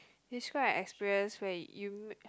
describe an experience where you ma~